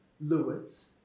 Lewis